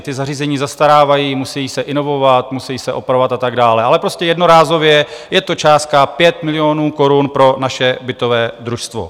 Ta zařízení zastarávají, musejí se inovovat, musejí se opravovat a tak dále, ale prostě jednorázově je to částka 5 milionů korun pro naše bytové družstvo.